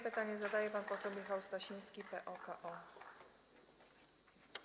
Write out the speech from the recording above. Pytanie zadaje pan poseł Michał Stasiński, PO-KO.